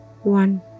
one